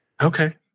Okay